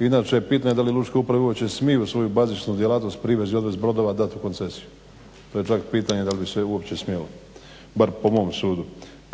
Inače, pitanje da li lučka uprava uopće smiju svoju bazičnu djelatnost privoz i odvoz brodova dat u koncesiju? To je čak pitanje dal' bi se uopće smjelo, bar po mom sudu.